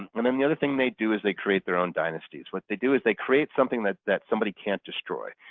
and then the other thing they do is they create their own dynasties. what they do is they create something that that somebody can't destroy.